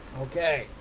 okay